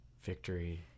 victory